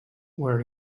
were